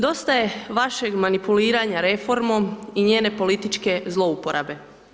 Dosta je vašeg manipuliranja reformom i njene političke zlouporabe.